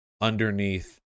underneath